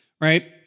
right